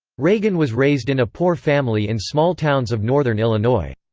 reagan was raised in a poor family in small towns of northern illinois.